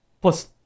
plus